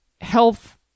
health